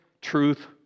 truth